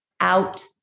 out